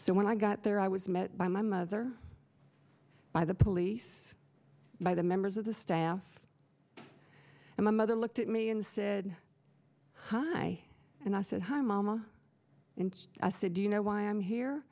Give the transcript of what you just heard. so when i got there i was met by my mother by the police by the members of the staff and my mother looked at me and said hi and i said hi mama and i said do you know why i'm here